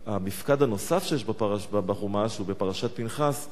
המפקד הנוסף שיש בחומש הוא בפרשת פנחס,